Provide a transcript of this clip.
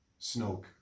snoke